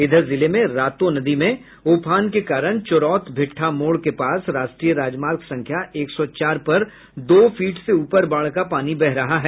इधर जिले में रातो नदी में उफान के कारण चोरौत भिट्ठा मोड़ के पास राष्ट्रीय राजमार्ग संख्या एक सौ चार पर दो फीट से ऊपर बाढ़ का पानी बह रहा है